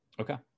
Okay